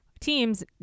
teams